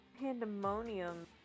pandemonium